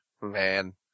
Man